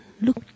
look